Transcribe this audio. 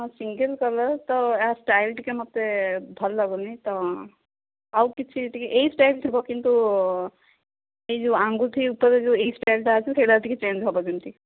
ହଁ single collar ତ ୟା ଷ୍ଟାଇଲ୍ ଟିକେ ମୋତେ ଭଲ ଲାଗୁନି ତ ଆଉ କିଛି ଟିକିଏ ଏଇ ଷ୍ଟାଇଲ୍ ଥିବ କିନ୍ତୁ ଏ ଯେଉଁ ଆଙ୍ଗୁଠି ଉପରେ ଯେଉଁ ଏଇ ଷ୍ଟାଇଲ୍ ଟା ଅଛି ସେଇଟା ଟିକିଏ ଚେଞ୍ଜ୍ ହେବ ଯେମିତି